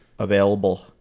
Available